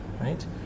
Right